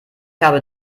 habe